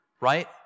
right